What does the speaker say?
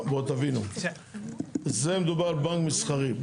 בואו תבינו, זה דובר על בנק מסחרי.